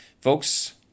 Folks